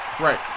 Right